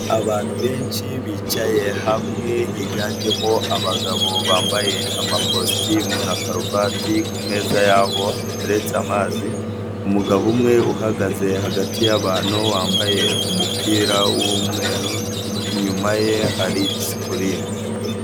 Abantu benshi bicaye hamwe higanjemo abagabo bambaye amakositimu na karuvati kumeza yabo hatereretse amazi, umugabo umwe uhagaze hagati y'abantu bambaye umupira wumweru, inyuma ye hari sikulini.